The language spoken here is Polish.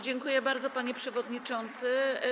Dziękuję bardzo, panie przewodniczący.